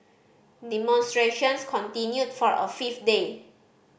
demonstrations continued for a fifth day